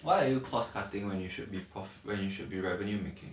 why are you cost-cutting when you should be off when you should be revenue-making